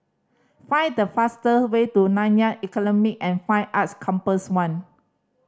find the fastest way to Nanyang economy an Fine Arts Campus One